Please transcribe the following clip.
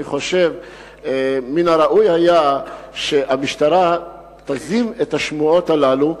אני חושב שהראוי היה שהמשטרה תזים את השמועות הללו.